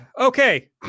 Okay